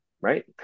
Right